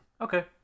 Okay